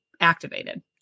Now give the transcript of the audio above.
activated